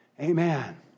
Amen